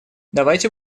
давайте